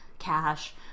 cash